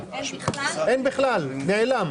בכל זאת אני אומר.